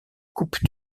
coupe